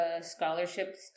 scholarships